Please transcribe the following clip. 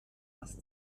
das